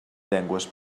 llengües